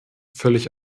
völlig